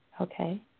Okay